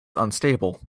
unstable